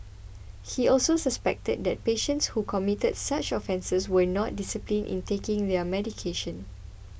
he also suspected that patients who committed such offences were not disciplined in taking their medication